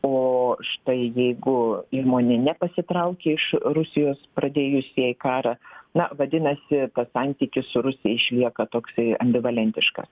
o štai jeigu įmonė nepasitraukė iš rusijos pradėjus jai karą na vadinasi tas santykis su rusija išlieka toksai ambivalentiškas